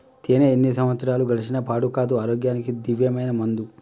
తేనే ఎన్ని సంవత్సరాలు గడిచిన పాడు కాదు, ఆరోగ్యానికి దివ్యమైన మందు